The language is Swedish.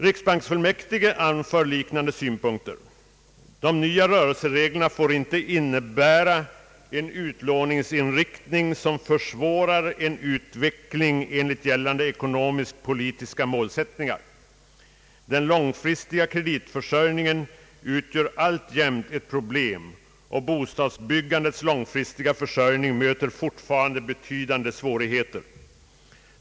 Riksbanksfullmäktige anför liknande synpunkter och framhåller att de nya rörelsereglerna inte får leda till en utlåningsinriktning som försvårar en utveckling i enlighet med gällande eko nomisk-politiska målsättningar. Den långfristiga kreditförsörjningen utgör alltjämt ett problem, framhåller fullmäktige, och bostadsbyggandets långfristiga försörjning möter fortfarande betydande svårigheter.